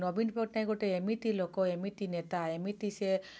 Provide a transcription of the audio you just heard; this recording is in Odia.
ନବୀନ ପଟ୍ଟନାୟକ ଗୋଟେ ଏମିତି ଲୋକ ଏମିତି ନେତା ଏମିତି ସିଏ